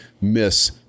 miss